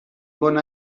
bon